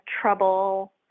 trouble